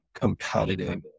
competitive